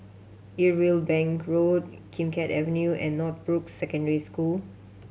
Irwell Bank Road Kim Keat Avenue and Northbrooks Secondary School